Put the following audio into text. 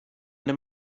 this